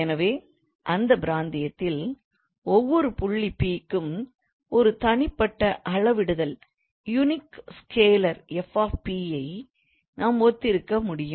எனவே அந்த பிராந்தியத்தில் ஒவ்வொரு புள்ளி P க்கும் ஒரு தனிப்பட்ட அளவிடுதல் யுனிக் ஸ்கேலார் 𝑓 𝑃 ஐ நாம் ஒத்திருக்கமுடியும்